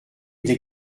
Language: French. des